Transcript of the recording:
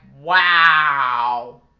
wow